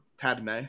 Padme